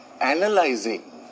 analyzing